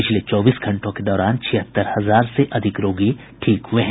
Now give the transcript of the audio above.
पिछले चौबीस घंटे के दौरान छिहत्तर हजार से अधिक रोगी ठीक हुए हैं